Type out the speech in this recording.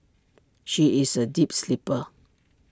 she is A deep sleeper